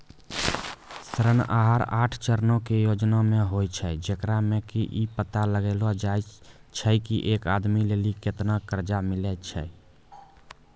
ऋण आहार आठ चरणो के योजना होय छै, जेकरा मे कि इ पता लगैलो जाय छै की एक आदमी लेली केतना कर्जा मिलै छै